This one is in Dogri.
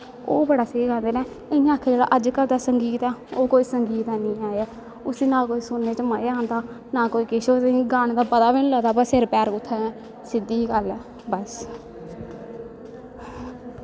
ओह् बड़ा स्हेई गांदे नै इयां आक्खो जियांअज्ज कल दा संगीत ऐ ओह् कोई संगीत ऐ नी ऐ उसी ना कोई सुनने च मज़ा आंदा ना कोई किश ओह्दे च गाने दा पता गै नी लगदा सिर पैर कुत्थें ऐ सिध्दी जी गल्ल ऐ बस